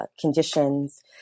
conditions